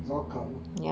it's all calm lah